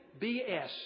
BS